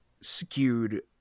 skewed